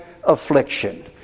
affliction